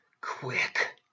quick